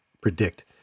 predict